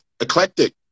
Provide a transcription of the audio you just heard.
eclectic